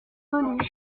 velues